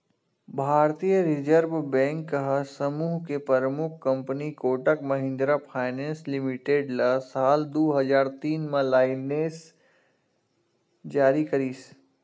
भारतीय reserve bank ह समूह के परमुख company Kotak Mahindra finance limited ल साल दू हजार तीन म लाइनेंस जारी करिस